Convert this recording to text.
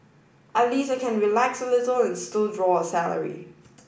at least I can relax a little and still draw a salary